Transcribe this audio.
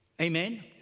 Amen